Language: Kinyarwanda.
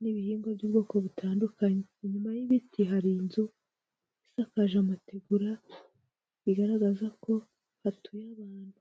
n'ibihingwa by'ubwoko butandukanye, inyuma y'ibiti hari inzu isakaje amategura bigaragaza ko hatuye abantu.